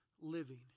living